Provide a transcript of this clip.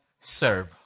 serve